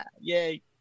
Yay